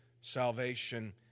salvation